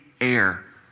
air